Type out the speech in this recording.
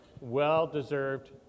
well-deserved